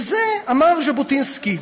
וזה אמר ז'בוטינסקי,